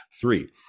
three